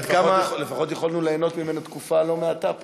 לפחות יכולנו ליהנות ממנו תקופה לא מעטה פה.